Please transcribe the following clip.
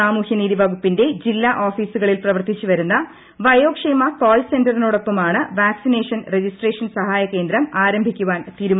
സാമൂഹ്യനീതി വകുപ്പിന്റെ ജില്ലാ ഓഫീസുകളിൽ പ്രവർത്തിച്ചുവരുന്ന വയോക്ഷേമ കോൾ സെന്ററിനോടൊപ്പമ്യുണ് വാക്സിനേഷൻ രജിസ്ട്രേഷൻ സഹായകേന്ദ്രം ആരംഭിക്കു്വാൻ തീരുമാനിച്ചിട്ടുള്ളത്